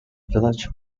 village